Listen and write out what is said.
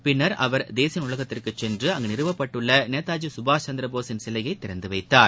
பின்னர் அவர் தேசிய நூலகத்திற்குச் சென்று அங்கு நிறுவப்பட்டுள்ள நேதாஜி சுபாஷ் சந்திர போஸின் சிலையை திறந்து வைத்தார்